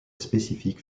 spécifique